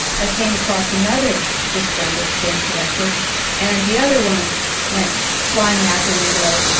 i came across another disgruntled stamp collector and the other one went flying out the window.